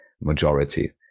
majority